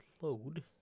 load